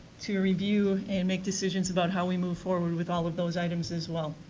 to review and make decisions about how we move forward with all of those items as well.